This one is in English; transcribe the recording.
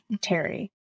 Terry